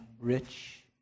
rich